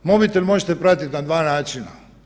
Mobitel možete pratiti na dva načina.